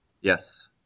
Yes